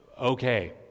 Okay